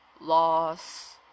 Loss